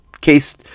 case